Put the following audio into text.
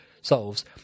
solves